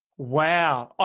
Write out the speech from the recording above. wow!